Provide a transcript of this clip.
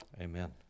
amen